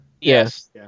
Yes